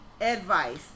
advice